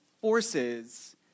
forces